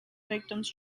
victims